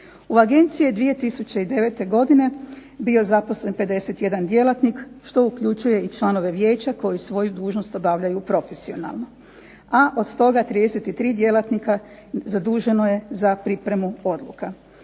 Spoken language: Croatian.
U agenciji je 2009. godine bio zaposlen 51 djelatnik, što uključuje i članove vijeća koji svoju dužnost obavljaju profesionalno, a od toga 33 djelatnika zaduženo je za pripremu odluka.